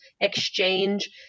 exchange